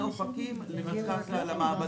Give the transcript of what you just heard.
מאופקים למעבדה.